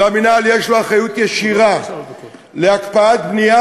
ולמינהל יש אחריות ישירה להקפאת בנייה